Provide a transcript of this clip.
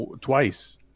twice